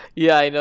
yeah, you know